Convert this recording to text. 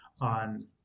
on